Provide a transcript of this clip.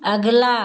अगला